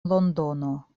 londono